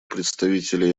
представителя